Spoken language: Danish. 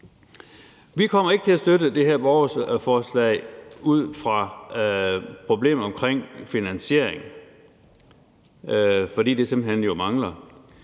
Vi kommer ikke til at støtte det her borgerforslag ud fra problemet omkring finansiering, fordi den jo simpelt hen mangler.